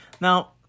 Now